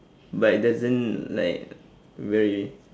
but it doesn't like very